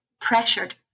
pressured